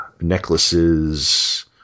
Necklaces